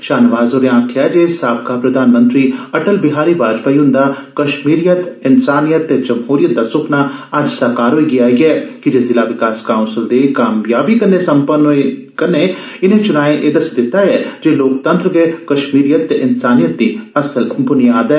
शाहनवाज होरे गलाया जे साबका प्रधानमंत्री अटल बिहारी वाजपेयी हुंदा कश्मीरियत इंसानियत ते जम्हूरियत दा सुक्खना अज्ज साकार होई गेआ ऐ कीजे जिला विकास काउंसल दे कामयाबी कन्नौ संपन्न होए दे इने चुनाएं एह दस्सी दित्ता ऐ जे लोकतंत्र गै कश्मीरियत ते इंसानियत दी असल बुनियाद ऐ